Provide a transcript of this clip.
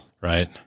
right